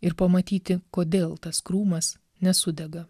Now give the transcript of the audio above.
ir pamatyti kodėl tas krūmas nesudega